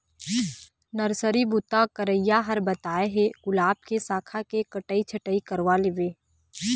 nursery बूता करइया ह बताय हे गुलाब के साखा के कटई छटई करवा लेबे